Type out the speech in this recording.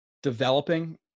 developing